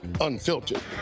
Unfiltered